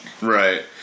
Right